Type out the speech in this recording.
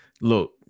Look